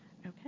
Okay